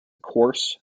coarse